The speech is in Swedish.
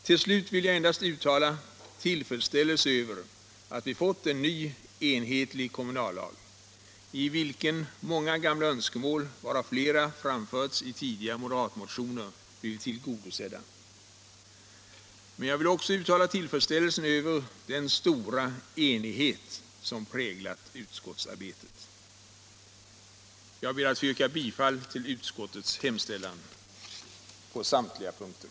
Till slut vill jag endast uttala tillfredsställelse över att vi fått en ny, enhetlig kommunallag, i vilken många gamla önskemål —- varav flera framförts i tidigare moderatmotioner — blivit tillgodosedda. Men jag vill också uttala tillfredsställelse över den stora enighet som präglat utskottsarbetet. Jag ber att få yrka bifall till utskottets hemställan på samtliga punkter.